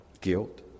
guilt